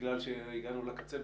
בגלל שהגענו לקצה,